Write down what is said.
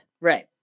Right